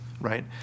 right